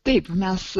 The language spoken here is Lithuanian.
taip mes